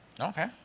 Okay